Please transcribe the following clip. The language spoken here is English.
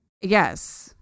Yes